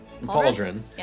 cauldron